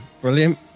Brilliant